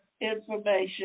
information